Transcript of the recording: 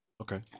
okay